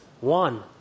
one